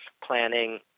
planning